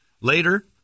later